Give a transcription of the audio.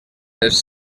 les